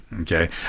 Okay